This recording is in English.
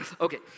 Okay